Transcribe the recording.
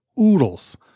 oodles